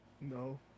No